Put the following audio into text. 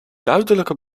duidelijke